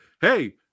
Hey